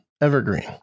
evergreen